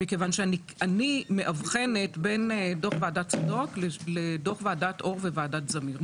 מכיוון שאני מאבחנת בין דוח ועדת צדוק לדוח ועדת אור וועדת זמיר.